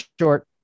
short